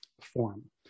form